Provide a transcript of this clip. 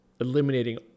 eliminating